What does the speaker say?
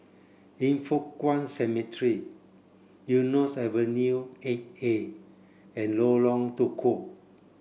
Yin Foh Kuan Cemetery Eunos Avenue eight A and Lorong Tukol